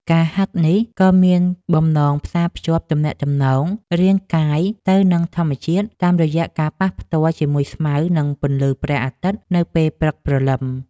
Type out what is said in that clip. ការហាត់នេះ ក៏មានបំណងផ្សារភ្ជាប់ទំនាក់ទំនងរាងកាយទៅនឹងធម្មជាតិ តាមរយៈការប៉ះផ្ទាល់ជាមួយស្មៅ និងពន្លឺព្រះអាទិត្យនាពេលព្រឹកព្រលឹម។